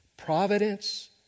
providence